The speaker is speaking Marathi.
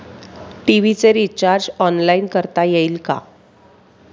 टी.व्ही चे रिर्चाज ऑनलाइन करता येईल का?